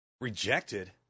Rejected